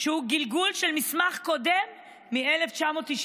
שהוא גלגול של מסמך קודם מ-1993,